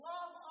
Love